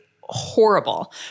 horrible